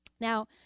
Now